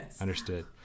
Understood